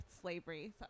slavery